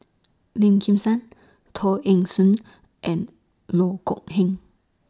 Lim Kim San Teo Eng Seng and Loh Kok Heng